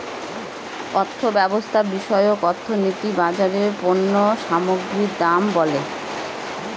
অর্থব্যবস্থা বিষয়ক অর্থনীতি বাজারে পণ্য সামগ্রীর দাম বলে